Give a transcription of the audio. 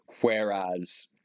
whereas